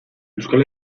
euskal